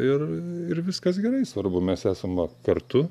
ir ir viskas gerai svarbu mes esam va kartu